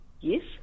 Yes